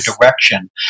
direction